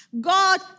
God